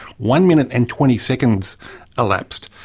one minute and twenty seconds elapsed,